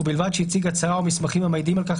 ובלבד שהציג הצהרה ומסמכים המעידים על כך